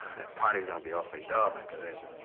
that party's going to be awfully dull um after this.